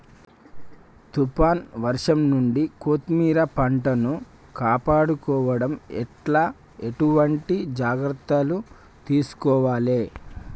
తుఫాన్ వర్షం నుండి కొత్తిమీర పంటను కాపాడుకోవడం ఎట్ల ఎటువంటి జాగ్రత్తలు తీసుకోవాలే?